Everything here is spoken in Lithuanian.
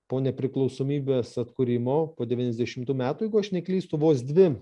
po nepriklausomybės atkūrimo po devyniasdešimtų metų jeigu aš neklystu vos dvi